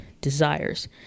desires